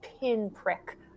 pinprick